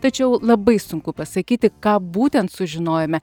tačiau labai sunku pasakyti ką būtent sužinojome